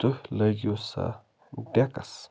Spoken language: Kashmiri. تُہۍ لٲگیوٗ سا ڈٮ۪کس